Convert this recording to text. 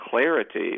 clarity